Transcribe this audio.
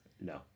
No